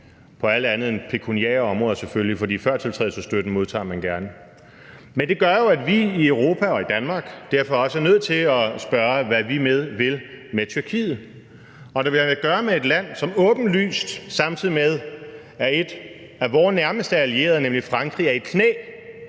på alt andet end pekuniære områder, selvfølgelig, for førtiltrædelsesstøtten modtager man gerne. Men det gør jo, at vi i Europa og i Danmark derfor også er nødt til at spørge, hvad vi vil med Tyrkiet, og da vi har at gøre med et land, som, samtidig med at en af vores nærmeste allierede, nemlig Frankrig, er i knæ,